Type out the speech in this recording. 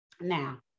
Now